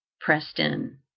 Preston